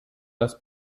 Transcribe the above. das